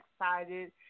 excited